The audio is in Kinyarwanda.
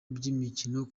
by’imikino